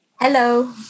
Hello